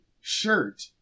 shirt